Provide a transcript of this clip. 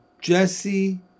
Jesse